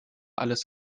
alles